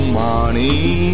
money